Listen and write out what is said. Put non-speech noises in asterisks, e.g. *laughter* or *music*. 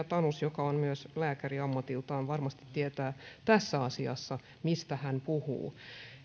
*unintelligible* tanus joka on myös lääkäri ammatiltaan varmasti tietää tässä asiassa mistä puhuu